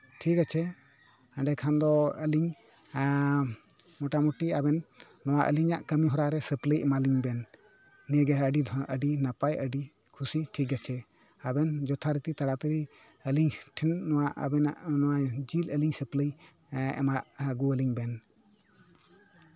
ᱴᱷᱤᱠ ᱟᱪᱷᱮ ᱮᱸᱰᱮᱠᱷᱟᱱ ᱫᱚ ᱟᱞᱤᱧ ᱮᱸᱜ ᱢᱳᱴᱟᱢᱩᱴᱤ ᱟᱵᱮᱱ ᱱᱚᱣᱟ ᱟᱞᱤᱧᱟᱜ ᱠᱟᱹᱢᱤ ᱦᱚᱨᱟᱨᱮ ᱥᱟᱹᱯᱞᱟᱹᱭ ᱮᱢᱟ ᱞᱤᱧ ᱵᱮᱱ ᱱᱤᱭᱟᱹᱜᱮ ᱟᱹᱰᱤ ᱱᱟᱯᱟᱭ ᱟᱹᱰᱤ ᱠᱷᱩᱥᱤ ᱴᱷᱤᱠ ᱟᱪᱷᱮ ᱟᱵᱮᱱ ᱡᱚᱛᱷᱟ ᱨᱤᱛᱤ ᱛᱟᱲᱟᱛᱟᱲᱤ ᱟᱹᱞᱤᱧ ᱴᱷᱮᱱ ᱱᱚᱣᱟ ᱟᱵᱮᱱᱟᱜ ᱱᱚᱣᱟ ᱡᱤᱞ ᱟᱹᱞᱤᱧ ᱥᱟᱹᱯᱞᱟᱹᱭ ᱮᱸᱜ ᱮᱢᱟ ᱟᱹᱜᱩᱣᱟᱹᱞᱤᱧ ᱵᱮᱱ